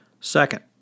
Second